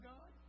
God